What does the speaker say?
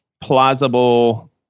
plausible